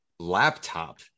Laptop